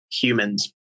humans